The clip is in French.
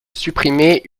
supprimer